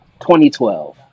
2012